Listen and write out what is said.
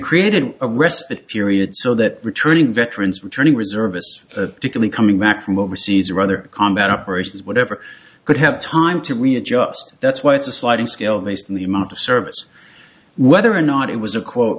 created a respite period so that returning veterans returning reservists particularly coming back from overseas rather combat operations whatever could have time to readjust that's why it's a sliding scale based on the amount of service whether or not it was a quote